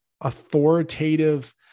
authoritative